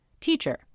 Teacher